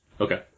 Okay